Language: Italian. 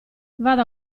vado